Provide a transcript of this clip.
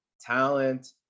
talent